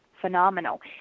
phenomenal